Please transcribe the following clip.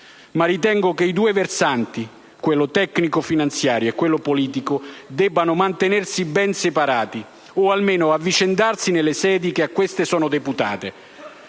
Ma ritengo che i due versanti (quello tecnico-finanziario e quello politico) debbano mantenersi ben separati o, almeno, avvicendarsi nelle sedi che a queste sono deputate.